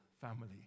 family